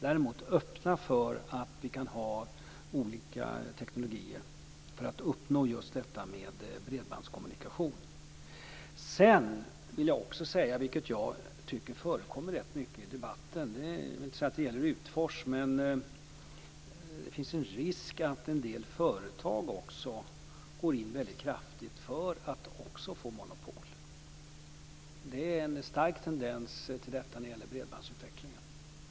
Däremot ska man öppna för att vi kan ha olika teknologier för att uppnå detta med bredbandskommunikation. Sedan vill jag också säga något om en sak som jag tycker förekommer rätt mycket i debatten. Jag vill inte säga att det gäller Utfors, men det finns en risk att en del företag också går in väldigt kraftigt för att få monopol. Det finns en stark tendens till detta när det gäller bredbandsutvecklingen.